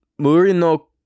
murino